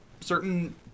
certain